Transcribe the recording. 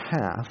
half